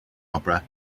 opera